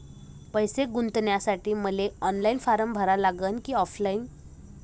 पैसे गुंतन्यासाठी मले ऑनलाईन फारम भरा लागन की ऑफलाईन?